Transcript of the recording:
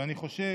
ואני חושב,